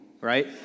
right